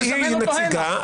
היא מציגה.